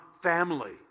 family